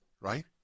Right